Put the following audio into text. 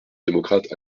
démocrate